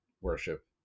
worship